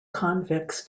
convicts